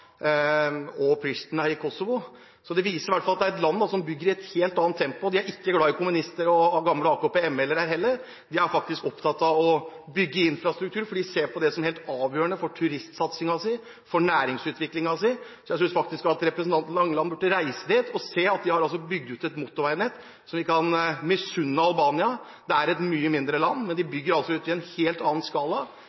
Tirana og Pristina, i Kosovo. Det viser i hvert fall at det er et land som bygger i et helt annet tempo. Og de er ikke glad i kommunister og gamle AKP -ere heller. De er faktisk opptatt av å bygge infrastruktur, for de ser på det som helt avgjørende for turistsatsingen sin og for næringsutviklingen sin. Jeg synes at representanten Langeland burde reise dit og se at Albania har bygd ut et motorveinett som vi kan misunne dem. Det er et mye mindre land, men de